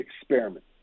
experiment